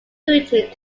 route